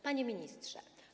Panie Ministrze!